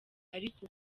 ariko